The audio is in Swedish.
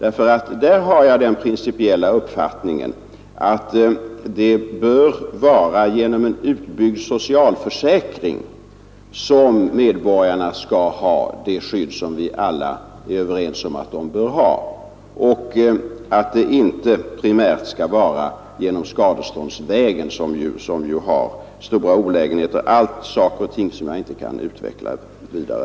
Jag har nämligen den principiella uppfattningen att medborgarna här i landet genom en utbyggd socialförsäkring skall ha det skydd vi alla är överens om att de bör ha och att de inte primärt skall ha sitt skydd i form av en skadeståndsrätt, som ju har stora olägenheter. Men detta är saker och ting som jag inte här kan utveckla vidare.